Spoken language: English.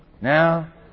Now